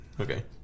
okay